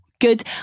good